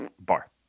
bar